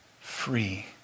free